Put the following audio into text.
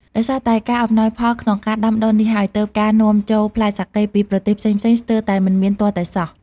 ដោយសារតែការអំណោយផលក្នុងការដាំដុះនេះហើយ ទើបការនាំចូលផ្លែសាកេពីប្រទេសផ្សេងៗស្ទើរតែមិនមានទាល់តែសោះ។